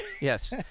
yes